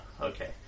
okay